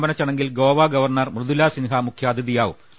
സമാപനച്ചടങ്ങിൽ Goa governor Mridula Sinha മുഖ്യാതിഥി യാകും